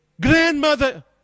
grandmother